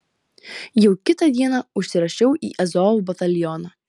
jau kitą dieną užsirašiau į azov batalioną